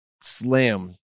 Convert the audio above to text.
slam